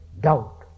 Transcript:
doubt